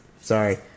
Sorry